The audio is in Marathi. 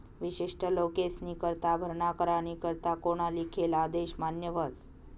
विशिष्ट लोकेस्नीकरता भरणा करानी करता कोना लिखेल आदेश मान्य व्हस